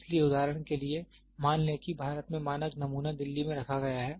इसलिए उदाहरण के लिए मान लें कि भारत में मानक नमूना दिल्ली में रखा गया है